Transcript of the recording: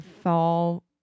fall